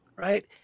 Right